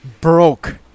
Broke